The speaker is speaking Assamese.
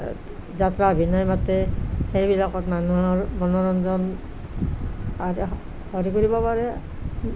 যাত্ৰা অভিনয় মাতে সেইবিলাকত মানুহৰ মনোৰঞ্জন হেৰি কৰিব পাৰে